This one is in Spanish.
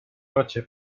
noche